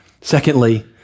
Secondly